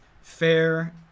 Fair